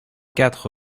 quatre